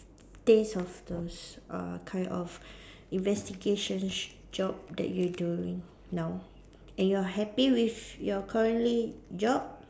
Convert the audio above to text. taste of those uh kind of investigation job that you doing now and you're happy with your currently job